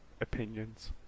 opinions